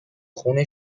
خون